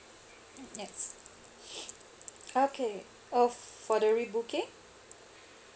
yes okay oh for the rebooking